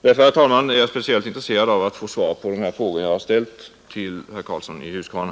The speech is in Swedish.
Därför, herr talman, är jag särskilt intresserad av att få svar på de frågor som jag ställt till herr Karlsson i Huskvarna.